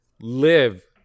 Live